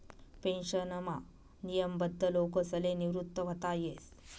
पेन्शनमा नियमबद्ध लोकसले निवृत व्हता येस